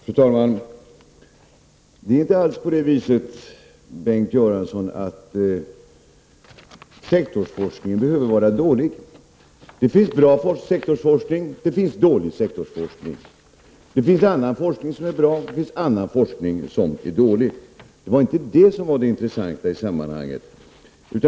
Fru talman! Det är inte alls på det sättet, Bengt Göransson, att sektorsforskningen behöver vara dålig. Det finns bra sektorsforskning, och det finns dålig sektorsforskning. Det finns annan forskning som är bra, och det finns annan forskning som är dålig. Det är inte detta som är intressant i sammanhanget.